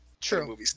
True